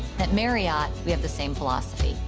at marriott, we have the same philosophy,